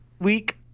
week